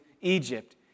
Egypt